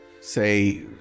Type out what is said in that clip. say